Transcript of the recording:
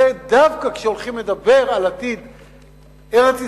דווקא כשהולכים לדבר על עתיד ארץ-ישראל,